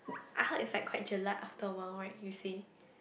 I heard it's like quite jelak after a while right you say